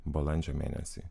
balandžio mėnesį